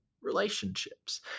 relationships